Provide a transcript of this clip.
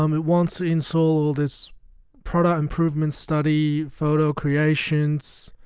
um it wants to install this product improvement study photo creations